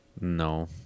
No